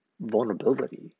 vulnerability